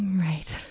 right.